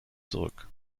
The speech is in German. zurück